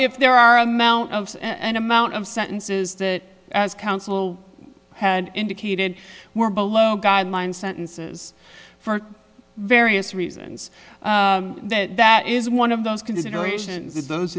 if there are amount of an amount of sentences that as counsel had indicated were below guideline sentences for various reasons that is one of those considerations is those